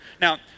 Now